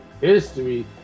history